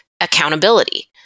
accountability